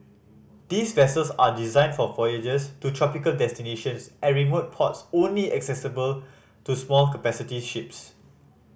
these vessels are designed for voyages to tropical destinations and remote ports only accessible to small capacity ships